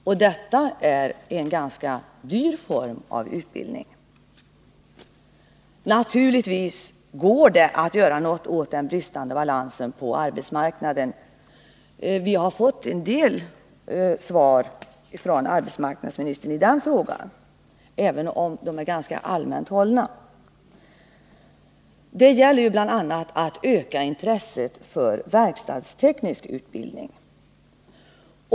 Och detta är en ganska dyr form av utbildning. Naturligtvis går det att göra något åt den bristande balansen på arbetsmarknaden. Vi har i den frågan fått en del svar från arbetsmarknadsministern, även om de är ganska allmänt hållna. Det gäller bl.a. att öka intresset för verkstadsteknisk utbildning.